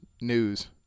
News